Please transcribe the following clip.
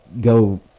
go